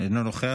אינו נוכח.